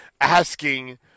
asking